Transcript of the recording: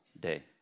day